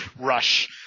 rush